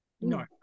No